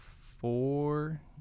four